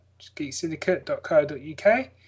geeksyndicate.co.uk